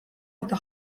eta